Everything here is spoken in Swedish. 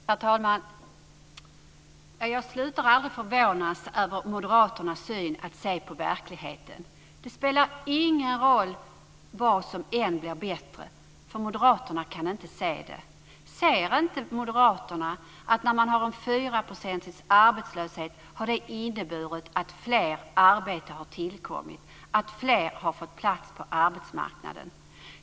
Herr talman! Jag slutar aldrig att förvånas över moderaternas syn på verkligheten. Det spelar ingen roll vad som än blir bättre, för moderaterna kan inte se det. Ser inte moderaterna att en fyraprocentig arbetslöshet har inneburit att fler arbeten har tillkommit, att fler har fått plats på arbetsmarknaden?